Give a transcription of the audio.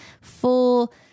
full